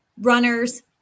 runners